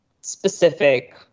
specific